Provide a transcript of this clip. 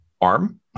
arm